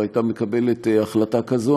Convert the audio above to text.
והייתה מקבלת החלטה כזאת.